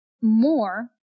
more